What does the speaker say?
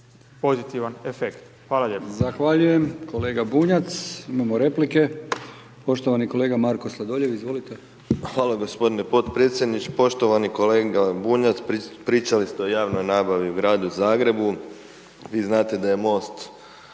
pozitivan efekt. Hvala lijepo.